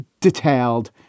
detailed